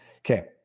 Okay